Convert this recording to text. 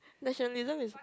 nationalism is